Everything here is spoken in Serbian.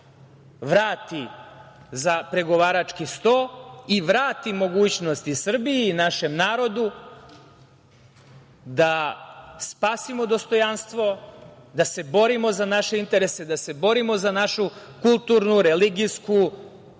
vrati za pregovarački sto i vrati mogućnosti Srbiji i našem narodu da spasimo dostojanstvo, da se borimo za naše interese, da se borimo za našu kulturnu, religijsku,